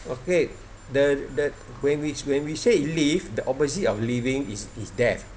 okay the the when we when we say live the opposite of living is death